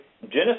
Genesis